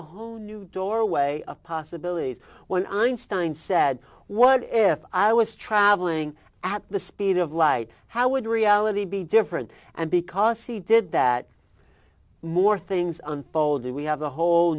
a whole new doorway of possibilities when i said what if i was travelling at the speed of light how would reality be different and because he did that more things unfold and we have a whole